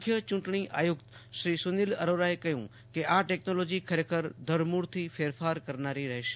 મુખ્ય ચૂંટણી આયુક્ત સુનિલ અરોરાએ કહ્યું કે આ ટેકનોલોજી ખરેખર ધરમૂળથી ફેરફાર કરનારી રહેશે